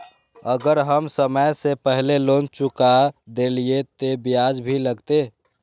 अगर हम समय से पहले लोन चुका देलीय ते ब्याज भी लगते?